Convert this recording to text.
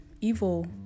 evil